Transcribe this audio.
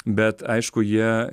bet aišku jie